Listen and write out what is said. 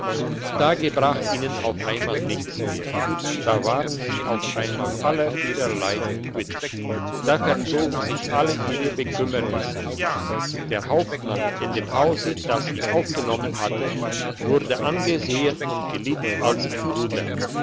da gebrach ihnen auf einmal nichts mehr da waren sie auf einmal aller ihrer leiden quitt da verzogen sich alle ihre bekümmernisse der hauptmann in dem hause das ihn aufgenommen hatte wurde angesehen und geliebt als ein bruder